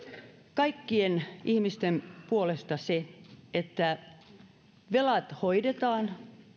kaikkien ihmisten puolesta että velat hoidetaan